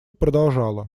продолжала